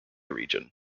region